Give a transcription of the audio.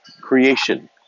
creation